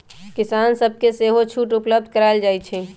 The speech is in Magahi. किसान सभके सेहो छुट उपलब्ध करायल जाइ छइ